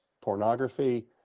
pornography